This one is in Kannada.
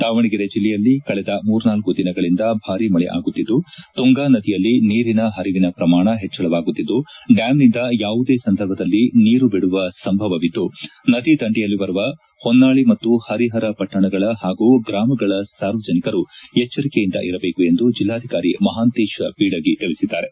ದಾವಣಗೆರೆ ಜಿಲ್ಲೆಯಲ್ಲಿ ಕಳೆದ ಮೂರ್ನಾಲ್ಕು ದಿನಗಳಿಂದ ಭಾರಿ ಮಳೆ ಆಗುತ್ತಿದ್ದು ತುಂಗಾ ನದಿಯಲ್ಲಿ ನೀರಿನ ಹರಿವಿನ ಪ್ರಮಾಣ ಹೆಚ್ಚಳವಾಗುತ್ತಿದ್ದು ಡ್ಕಾಮ್ ನಿಂದ ಯಾವುದೇ ಸಂದರ್ಭದಲ್ಲಿ ನೀರು ಬಿಡುವ ಸಂಭವವಿದ್ದು ನದಿ ದಂಡೆಯಲ್ಲಿ ಬರುವ ಹೊನ್ನಾಳಿ ಮತ್ತು ಪರಿಹರ ಪಟ್ಟಣಗಳ ಹಾಗೂ ಗ್ರಾಮಗಳ ಸಾರ್ವಜನಿಕರು ಎಚ್ವರಿಕೆಯಿಂದಿರಬೇಕು ಎಂದು ಜಿಲ್ಲಾಧಿಕಾರಿ ಮಹಾಂತೇಶ ಬೀಳಗಿ ತಿಳಿಸಿದ್ದಾರೆ